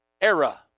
era